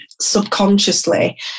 subconsciously